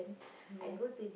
no